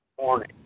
morning